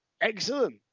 Excellent